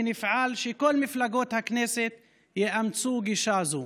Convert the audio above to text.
ונפעל שכל מפלגות הכנסת יאמצו גישה זו.